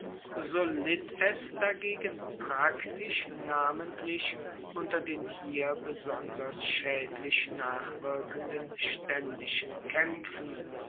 litt es dagegen praktisch namentlich unter den hier besonders schaedlich nachwirkenden staendischen kaempfen